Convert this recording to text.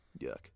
yuck